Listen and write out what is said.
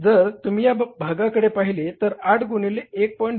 जर तुम्ही या भागाकडे पाहिले तर ते 8 गुणिले 1